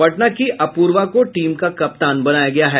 पटना की अपूर्वा को टीम का कप्तान बनाया गया है